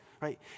right